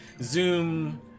zoom